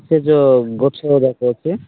ସେ ଯେଉଁ ଗଛଗୁଡ଼ାକ ଅଛି